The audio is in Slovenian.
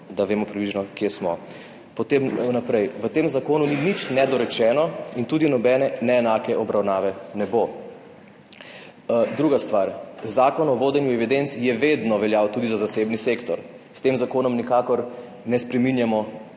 da vemo približno, kje smo. Potem, naprej. V tem zakonu ni nič nedorečenega in tudi nobene neenake obravnave ne bo. Druga stvar, zakon o vodenju evidenc je vedno veljal tudi za zasebni sektor. S tem zakonom nikakor ne spreminjamo